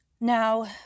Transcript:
Now